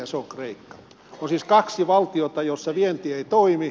on siis kaksi valtiota joissa vienti ei toimi